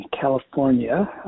California